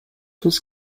was